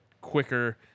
quicker